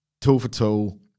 toe-for-toe